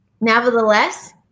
Nevertheless